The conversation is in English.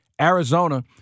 Arizona